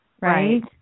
right